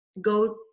go